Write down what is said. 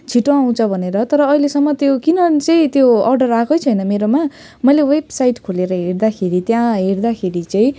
छिटो आउँछ भनेर तर अहिलेसम्म त्यो किन चाहिँ त्यो अर्डर आएकै छैन मेरोमा मैले वेबसाइट खोलेर हेर्दाखेरि त्यहाँ हेर्दाखेरि चाहिँ